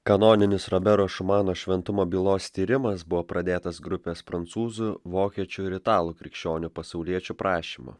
kanoninis robero šumano šventumo bylos tyrimas buvo pradėtas grupės prancūzų vokiečių ir italų krikščionių pasauliečių prašymu